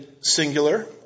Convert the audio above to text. singular